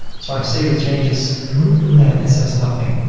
so i save the changes and it says nothing.